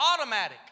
automatic